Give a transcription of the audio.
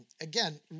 Again